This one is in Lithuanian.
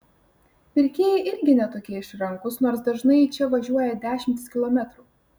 pirkėjai irgi ne tokie išrankūs nors dažnai į čia važiuoja dešimtis kilometrų